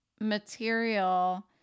material